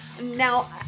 Now